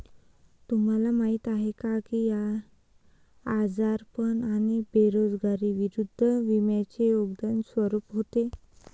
तुम्हाला माहीत आहे का की आजारपण आणि बेरोजगारी विरुद्ध विम्याचे योगदान स्वरूप होते?